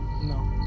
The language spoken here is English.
No